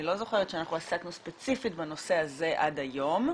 אני לא זוכרת שעסקנו ספציפית בנושא הזה עד היום,